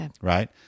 right